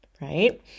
right